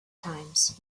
times